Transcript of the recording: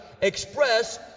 express